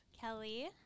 Kelly